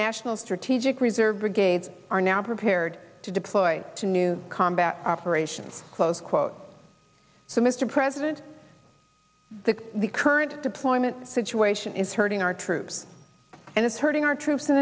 national strategic reserve brigades are now prepared to deploy to new combat operations close quote so mr president that the current deployment situation is hurting our troops and it's hurting our troops in